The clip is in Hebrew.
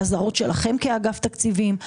האזהרות שלכם כאגף תקציבים,